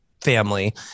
family